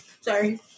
Sorry